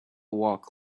walk